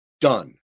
done